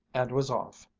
and was off.